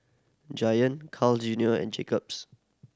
Giant Carl Junior and Jacob's